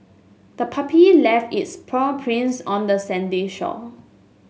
the puppy left its paw prints on the sandy shore